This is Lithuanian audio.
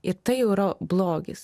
ir tai jau yra blogis